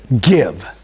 give